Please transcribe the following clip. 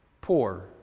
poor